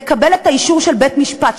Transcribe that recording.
לקבל את האישור של בית-המשפט,